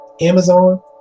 amazon